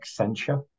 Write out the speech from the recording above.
Accenture